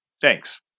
Thanks